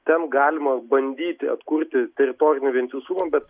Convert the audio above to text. ten galima bandyti atkurti teritorinį vientisumą bet